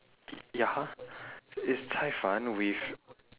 ya it's cai-fan with